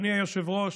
אדוני היושב-ראש,